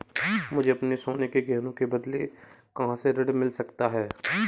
मुझे अपने सोने के गहनों के बदले कहां से ऋण मिल सकता है?